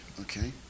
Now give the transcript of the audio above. Okay